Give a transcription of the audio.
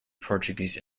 portuguese